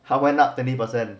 他 went up twenty percent